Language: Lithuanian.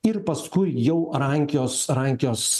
ir paskui jau rankios rankios